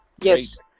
Yes